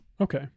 Okay